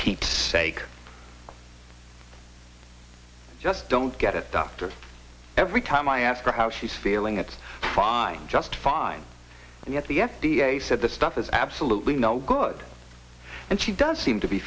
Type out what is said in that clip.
pete's sake i just don't get it after everytime i ask her how she's feeling it's fine just fine and yet the f d a said the stuff is absolutely no good and she does seem to be